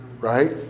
Right